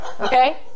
okay